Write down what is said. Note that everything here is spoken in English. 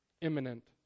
imminent